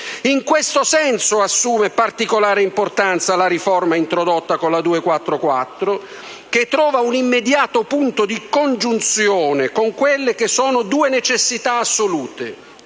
In questo senso assume particolare importanza la riforma introdotta con la legge n. 244, che trova un immediato punto di congiunzione con due necessità assolute